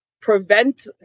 prevent